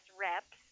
Reps